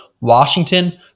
Washington